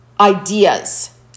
ideas